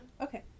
Okay